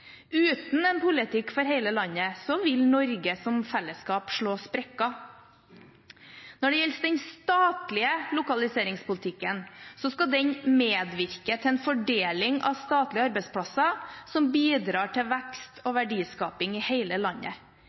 Uten en politikk for hele landet vil Norge som fellesskap slå sprekker. Når det gjelder den statlige lokaliseringspolitikken, skal den medvirke til en fordeling av statlige arbeidsplasser som bidrar til vekst og verdiskaping i hele landet.